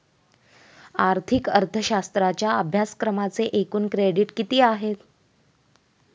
आर्थिक अर्थशास्त्राच्या अभ्यासक्रमाचे एकूण क्रेडिट किती आहेत?